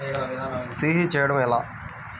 CC చేయడము ఎలా?